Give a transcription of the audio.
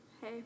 hey